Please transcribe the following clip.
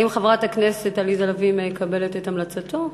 האם חברת הכנסת עליזה לביא מקבלת את המלצתו?